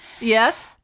Yes